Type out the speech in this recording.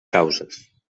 causes